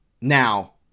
Now